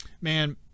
Man